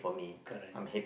correct